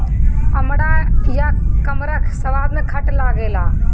अमड़ा या कमरख स्वाद में खट्ट लागेला